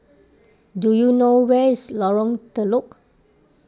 do you know where is Lorong Telok